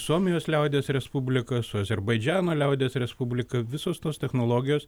suomijos liaudies respublika su azerbaidžano liaudies respublika visos tos technologijos